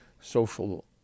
social